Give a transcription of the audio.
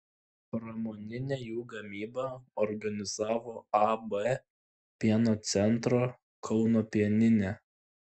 pramoninę jų gamybą organizavo ab pieno centro kauno pieninė